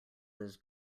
was